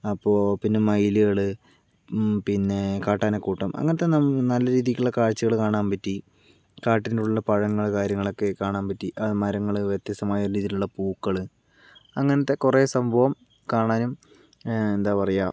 അപ്പൊൾ പിന്നെ മയിലുകള് പിന്നെ കാട്ടാനക്കൂട്ടം അങ്ങനത്തെ നല്ല രീതിക്കുള്ള കാഴ്ചകള് കാണാൻ പറ്റി കാട്ടിനുള്ളിലെ പഴങ്ങളു കാര്യങ്ങളൊക്കെ കാണാൻ പറ്റി മരങ്ങള് വ്യത്യസ്തമായ രീതിയിലുള്ള പൂക്കള് അങ്ങനത്തെ കുറെ സംഭവം കാണാനും എന്താ പറയുക